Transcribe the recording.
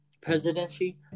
presidency